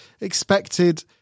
expected